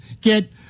get